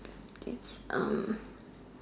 it's um